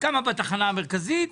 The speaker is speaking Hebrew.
בתחנה המרכזית?